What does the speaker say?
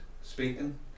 speaking